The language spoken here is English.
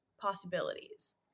possibilities